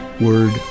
Word